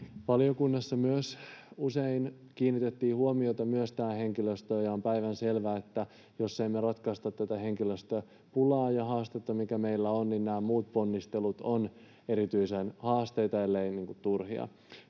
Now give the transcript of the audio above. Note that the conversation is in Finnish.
Valiokunnassa kiinnitettiin usein huomiota myös tähän henkilöstöön, ja on päivänselvää, että jos ei me ratkaista tätä henkilöstöpulaa ja ‑haastetta, mikä meillä on, niin nämä muut ponnistelut ovat erityisen haastavia, elleivät turhia.